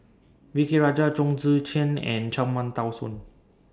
V K Rajah Chong Tze Chien and Cham Tao Soon